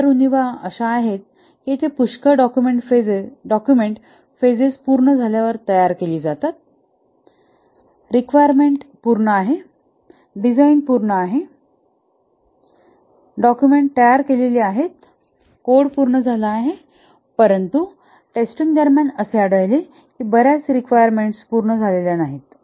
इतर उणीवा अशी आहेत की येथे पुष्कळ डाक्युमेंट फेजेस पूर्ण झाल्यावर तयार केली जातात रिक्वायरमेंट पूर्ण आहे डिझाइन पूर्ण आहे डाक्युमेंट तयार केलेली आहेत कोड पूर्ण झाला आहे परंतु टेस्टिंग दरम्यान असे आढळले की बर्याच रिक्वायरमेंटचे पूर्ण झालेल्या नाहीत